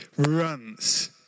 runs